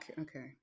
okay